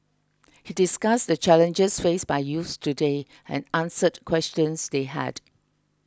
he discussed the challenges faced by youths today and answered questions they had